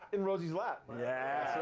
in rosie's lap, right? yeah